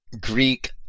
Greek